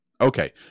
okay